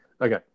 Okay